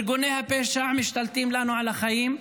ארגוני הפשע משתלטים לנו על החיים,